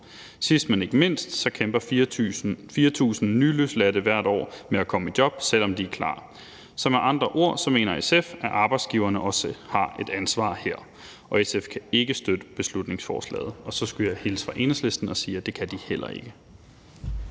Sidst, men ikke mindst, kæmper 4.000 nyløsladte hvert år med at komme i job, selv om de er klar til det. Så med andre ord mener SF, at arbejdsgiverne også har et ansvar her, og SF kan ikke støtte beslutningsforslaget. Og så skulle jeg hilse fra Enhedslisten og sige, at det kan de heller ikke.